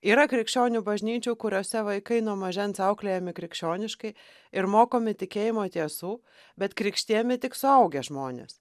yra krikščionių bažnyčių kuriose vaikai nuo mažens auklėjami krikščioniškai ir mokomi tikėjimo tiesų bet krikštijami tik suaugę žmonės